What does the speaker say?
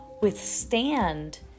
withstand